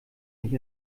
nicht